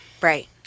Right